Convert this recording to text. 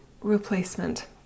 replacement